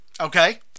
Okay